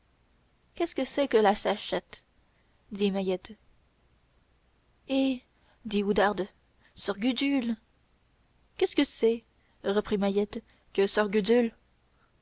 qu'est-ce que c'est que la sachette dit mahiette hé dit oudarde soeur gudule qu'est-ce que c'est reprit mahiette que soeur gudule